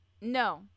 No